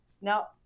Now